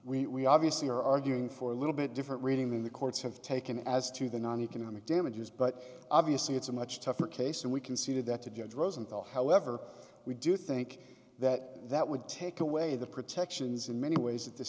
may we obviously are arguing for a little bit different reading the courts have taken as to the non economic damages but obviously it's a much tougher case and we conceded that to judge rosenthal however we do think that that would take away the protections in many ways that the